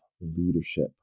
Leadership